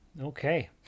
Okay